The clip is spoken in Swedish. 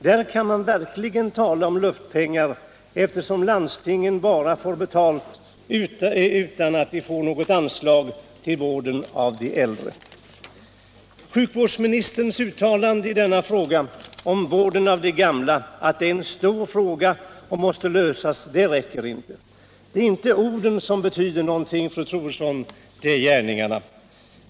Där kan man verkligen tala om luftpengar, eftersom landstingen bara får betala utan att de får något anslag till vård av de äldre. Sjukvårdsministerns uttalande om att denna fråga — vården av de gamla — är en stor fråga som måste lösas räcker inte. Det är inte orden som betyder något fru Troedsson, det är gärningarna.